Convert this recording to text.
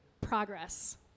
progress